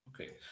okay